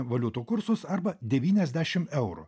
valiutų kursus arba devyniasdešim eurų